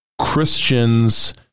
Christians